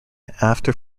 after